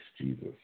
Jesus